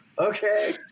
Okay